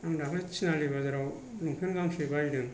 आं दाख्लै थिनालि बाजाराव लंफेन्ट गांसे बायदों